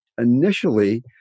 initially